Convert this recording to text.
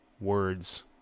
words